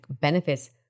benefits